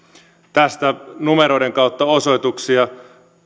tästä numeroiden kautta osoituksia